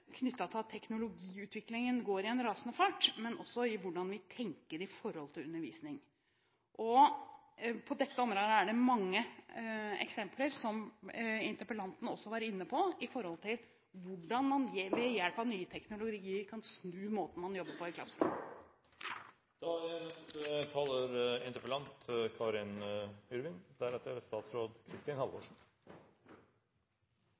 knyttet til at teknologiutviklingen går i en rasende fart, men også til hvordan vi tenker i forhold til undervisning. På dette området er det mange eksempler, som interpellanten også var inne på, på hvordan man ved hjelp av nye teknologier kan snu måten man jobber på i